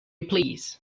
please